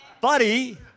Buddy